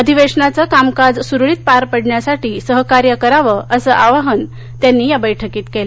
अधिवेशनाचं कामकाज सुरळीत पार पडण्यासाठी सहकार्य करावं असं आवाहन या बैठकीत त्यांनी केलं